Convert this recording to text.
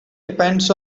depends